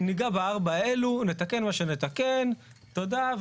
ניגע בארבע האלו, נתקן מה שנתקן, תודה.